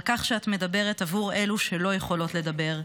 על כך שאת מדברת עבור אלו שלא יכולות לדבר,